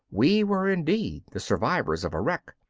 we were indeed the survivors of a wreck,